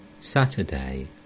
Saturday